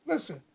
listen